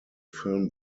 film